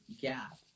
gap